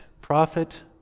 prophet